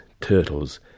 turtles